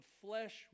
flesh